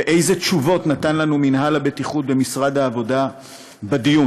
ואיזה תשובות נתן לנו מינהל הבטיחות במשרד העבודה בדיון?